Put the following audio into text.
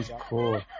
cool